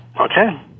okay